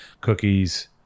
cookies